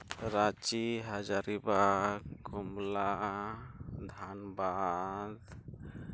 ᱨᱟᱸᱪᱤ ᱦᱟᱡᱟᱨᱤᱵᱟᱜᱽ ᱠᱚᱢᱞᱟ ᱫᱷᱟᱱᱵᱟᱫ